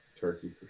Turkey